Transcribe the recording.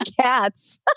cats